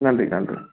நன்றி நன்றி